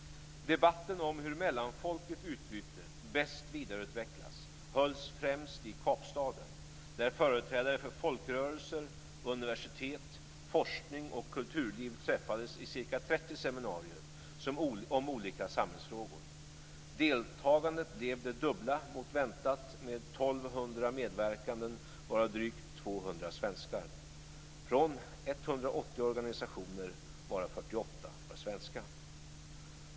Debatten om hur mellanfolkligt utbyte bäst vidareutvecklas hölls främst i Kapstaden, där företrädare för folkrörelser, universitet, forskning och kulturliv träffades i ca 30 seminarier om olika samhällsfrågor. organisationer, varav 48 var svenska.